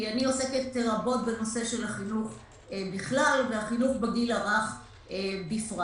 כי אני עוסקת רבות בחינוך בכלל ובחינוך בגיל הרך בפרט.